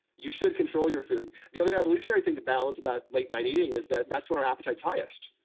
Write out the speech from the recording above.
you should control your food. the other evolutionary thing to balance about late night eating is that that's where our appetite's highest,